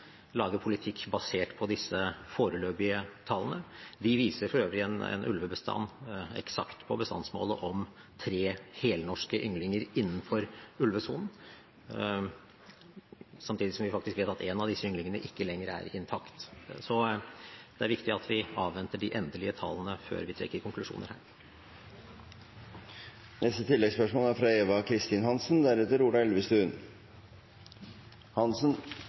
politikk basert på disse foreløpige tallene. De viser for øvrig en ulvebestand eksakt på bestandsmålet om tre helnorske ynglinger innenfor ulvesonen, samtidig som vi faktisk vet at en av disse ynglingene ikke lenger er intakt. Så det er viktig at vi avventer de endelige tallene før vi trekker konklusjoner her.